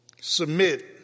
Submit